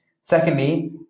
Secondly